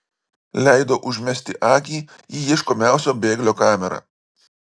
leido užmesti akį į ieškomiausio bėglio kamerą